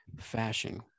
fashion